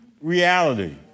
Reality